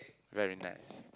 very nice